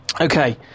Okay